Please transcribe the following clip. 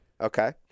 Okay